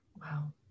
Wow